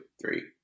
three